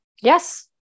Yes